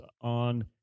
on